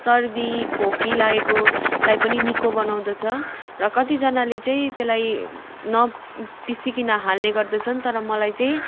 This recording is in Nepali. सर्दी खोकी लागेकोलाई पनि निको बनाउँदछ र कतिजनाले चाहिँ त्यसलाई नपिसीकन हाल्ने गर्दछन् तर मलाई चाहिँ